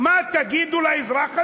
מה תגידו לאזרח הזה?